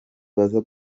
baza